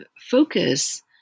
focus